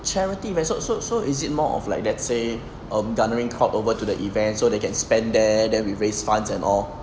charity resort so so is it more of like that say um garnering court over to the events so they can spend there then we raise funds and all